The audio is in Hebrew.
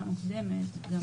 הסברה גם